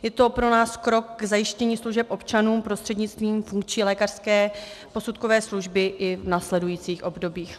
Je to pro nás krok k zajištění služeb občanům prostřednictvím funkční lékařské posudkové služby i v následujících obdobích.